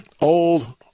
Old